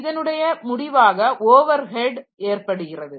இதனுடைய முடிவாக overhead ஏற்படுகிறது